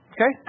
Okay